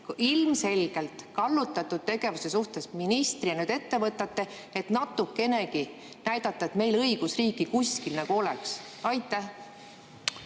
ilmselgelt kallutatud tegevuse suhtes ministrina ette võtate, et natukenegi näidata, et meil õigusriiki kuskil nagu oleks. Aitäh!